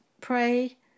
pray